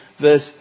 verse